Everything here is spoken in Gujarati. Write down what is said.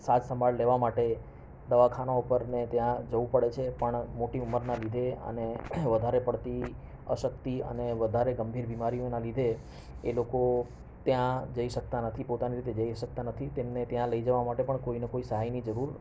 સારસંભાળ લેવા માટે દવાખાના ઉપરને ત્યાં જવું પડે છે પણ મોટી ઉંમરના લીધે અને વધારે પડતી અશક્તિ અને વધારે ગંભીર બીમારીઓના લીધે એ લોકો ત્યાં જઈ શકતા નથી પોતાની રીતે જઈ શકતા નથી તેમને ત્યાં લઈ જવા માટે પણ કોઈને કોઈ સહાયની જરૂર